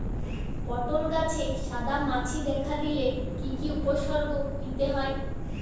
পটল গাছে সাদা মাছি দেখা দিলে কি কি উপসর্গ নিতে হয়?